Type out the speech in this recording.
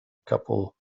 couple